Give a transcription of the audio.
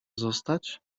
zostać